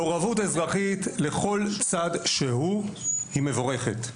מעורבות האזרחית לכל צד שהוא היא מבורכת,